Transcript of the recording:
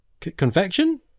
convection